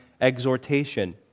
exhortation